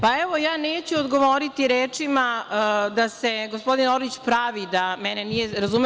Pa, evo, ja neću odgovoriti rečima da se gospodin Orlić pravi da mene nije razumeo.